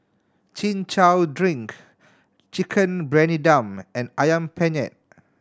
Chin Chow drink Chicken Briyani Dum and Ayam Penyet